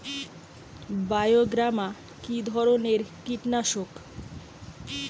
বায়োগ্রামা কিধরনের কীটনাশক?